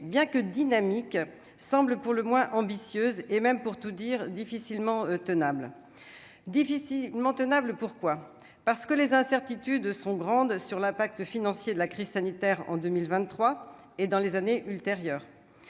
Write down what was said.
bien que dynamique semble pour le moins ambitieuse et même, pour tout dire, difficilement tenable difficilement tenable, pourquoi, parce que les incertitudes sont grandes sur l'impact financier de la crise sanitaire en 2023 et dans les années ultérieures